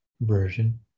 version